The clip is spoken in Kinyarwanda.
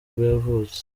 yavutse